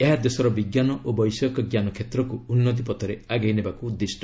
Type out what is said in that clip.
ଏହା ଦେଶର ବିଜ୍ଞାନ ଓ ବୈଷୟିକଜ୍ଞାନ କ୍ଷେତ୍ରକୁ ଉନ୍ନତି ପଥରେ ଆଗେଇ ନେବାକୁ ଉଦ୍ଦିଷ୍ଟ